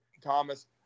Thomas